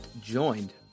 joined